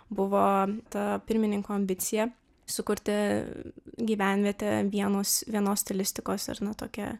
buvo ta pirmininko ambicija sukurti gyvenvietę vienos vienos stilistikos ir na tokią